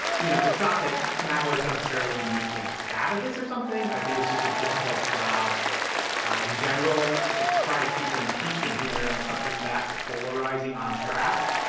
you know, it's not that nadler is necessarily uniquely bad at this or something. i think it's just a difficult job in general to try to keep an impeachment hearing, something that polarizing on track.